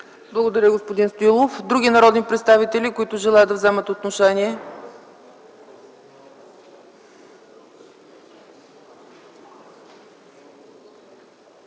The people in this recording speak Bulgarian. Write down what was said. Благодаря, господин Стоилов. Има ли други народни представители, които желаят да вземат отношение?